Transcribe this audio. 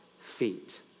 feet